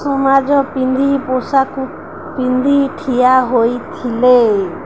ସମାଜ ପିନ୍ଧି ପୋଷାକ ପିନ୍ଧି ଠିଆ ହୋଇଥିଲେ